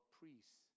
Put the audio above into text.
priests